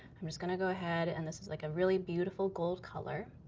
i'm just gonna go ahead, and this is like a really beautiful, gold color.